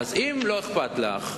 אז אם לא אכפת לך,